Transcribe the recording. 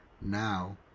now